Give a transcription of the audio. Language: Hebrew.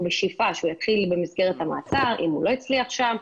בשאיפה שהוא יתחיל במסגרת המעצר ואם הוא לא הצליח שם,